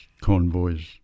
convoys